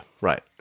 right